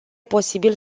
posibil